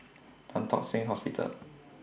Tan Tock Seng Hospital